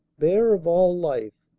bare of all life,